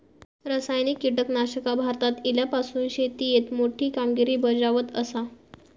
रासायनिक कीटकनाशका भारतात इल्यापासून शेतीएत मोठी कामगिरी बजावत आसा